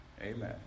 Amen